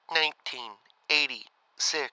1986